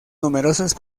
numerosos